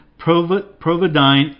providine